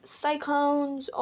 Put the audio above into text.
cyclones